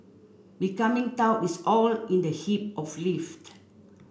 becoming taut is all in the hip of lift